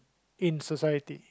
in society